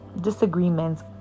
disagreements